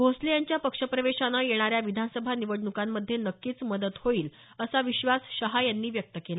भोसले यांच्या पक्षप्रवेशानं येणाऱ्या विधानसभा निवडणुकांमध्ये नक्कीच मदत होईल असा विश्वास शहा यांनी व्यक्त केला